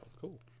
Cool